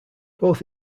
both